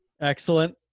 Excellent